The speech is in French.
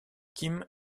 kim